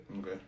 Okay